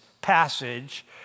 passage